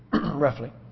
roughly